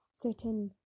certain